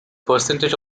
percentage